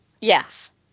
Yes